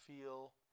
feel